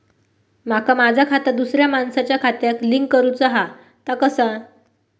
माका माझा खाता दुसऱ्या मानसाच्या खात्याक लिंक करूचा हा ता कसा?